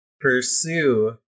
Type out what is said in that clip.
pursue